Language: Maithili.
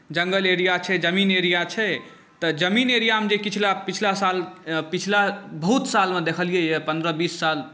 जङ्गल एरिया छै जमीन एरिया छै तऽ जमीन एरियामे जे पिछला साल पिछला बहुत सालमे देखलियैए पन्द्रह बीस साल